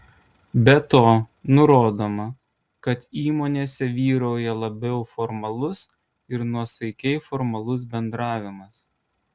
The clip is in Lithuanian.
be to nurodoma kad įmonėse vyrauja labiau formalus ir nuosaikiai formalus bendravimas